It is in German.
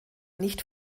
nicht